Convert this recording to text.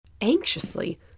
anxiously